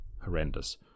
horrendous